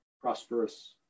prosperous